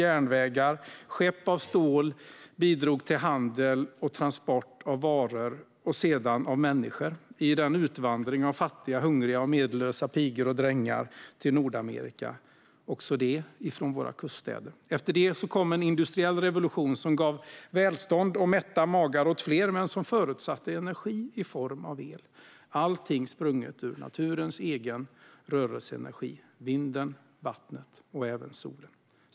Järnvägar och skepp av stål bidrog till handel och transport av varor och sedan människor i en utvandring av fattiga, hungriga och medellösa pigor och drängar till Nordamerika, även det från våra kuststäder. Efter det kom en industriell revolution som gav välstånd och mätta magar åt fler men som förutsatte energi i form av el - allting sprunget ur naturens egen rörelseenergi: vinden och vattnet, och även solen.